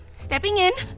stepping in!